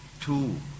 two